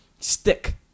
stick